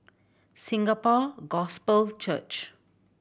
Singapore Gospel Church